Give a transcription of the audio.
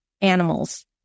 animals